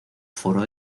foro